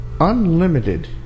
unlimited